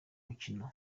mukino